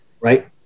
right